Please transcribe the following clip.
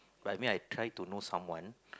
but I mean I've tried to know someone